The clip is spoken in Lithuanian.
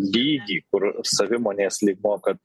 lygį kur savimonės lygmuo kad